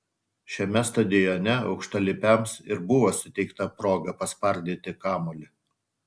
šiame stadione aukštalipiams ir buvo suteikta proga paspardyti kamuolį